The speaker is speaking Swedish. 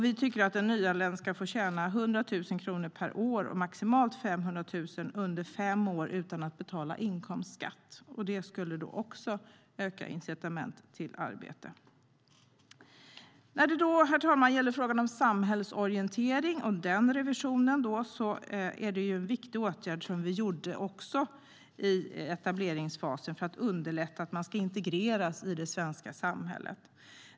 Vi tycker att en nyanländ ska få tjäna 100 000 kr per år och maximalt 500 000 under fem år utan att betala inkomstskatt. Det skulle också ge ökade incitament till arbete. Herr talman! När det gäller frågan om samhällsorientering och den revisionen införde vi en viktig åtgärd i etableringsfasen för att underlätta för personer att integreras in i det svenska samhället.